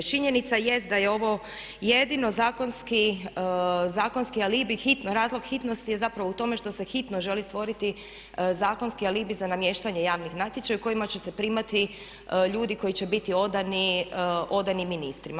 Činjenica jest da je ovo jedino zakonski alibi, razlog hitnosti je zapravo u tome što se hitno želi stvoriti zakonski alibi za namještanje javnih natječaja u kojima će se primati ljudi koji će biti odani ministrima.